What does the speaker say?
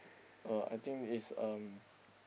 uh I think is um